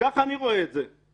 כך אני רואה את זה.